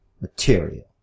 material